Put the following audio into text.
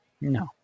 No